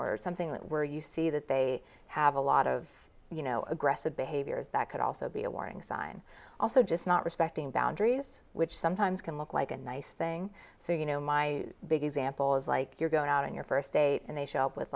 or something where you see that they have a lot of you know aggressive behaviors that could also be a warning sign also just not respecting boundaries which sometimes can look like a nice thing so you know my big sample is like you're going out on your first date and they show up with